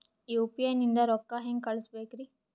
UPI ನಿಂದ ರೊಕ್ಕ ಹೆಂಗ ಕಳಸಬೇಕ್ರಿ?